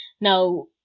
now